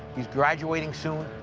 he's graduating soon.